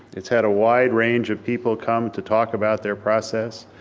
it's had a wide range of people come to talk about their process.